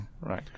right